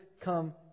come